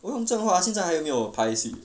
欧阳震华现在还没有拍戏